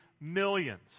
millions